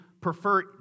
prefer